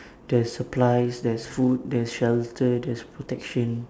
there's supplies there's food there's shelter there's protection